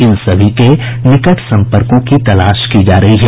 इन सभी के निकट संपर्कों की तलाश की जा रही है